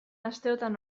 asteotan